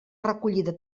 recollida